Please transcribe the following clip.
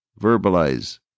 verbalize